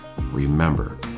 Remember